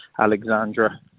Alexandra